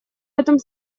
этом